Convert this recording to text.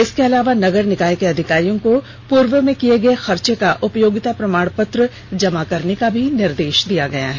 इसके अलावा नगर निकाय के अधिकारियों को पूर्व में किए गए खर्चे का उपयोगिता प्रमाण पत्र जमा करने का भी निर्देश दिया गया है